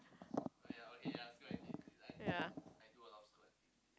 ya